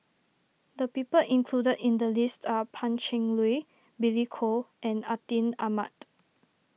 the people included in the list are Pan Cheng Lui Billy Koh and Atin Amat